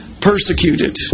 persecuted